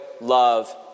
love